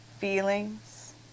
feelings